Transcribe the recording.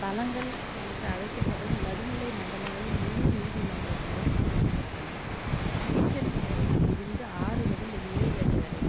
தளங்கள் என்று அழைக்கப்படும் நடுநிலை மண்டலங்கள் முழு நீதிமன்றத்திலும் குறிக்கப்பட்டன டிவிஷன் லைனில் இருந்து ஆறு முதல் ஏழு அடி வரை